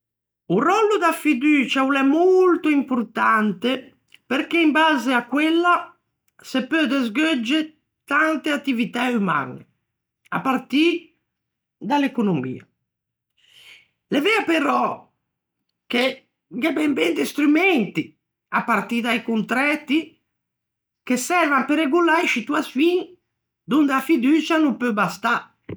O ròllo da fiducia o l'é molto importante perché in base à quella se peu desgheugge tante attivitæ umañe, à partî da l'economia. L'é vea però che gh'é ben ben de strumenti, à partî da-i contræti, che servan pe regolâ e scituaçioin donde a fiducia a no peu bastâ.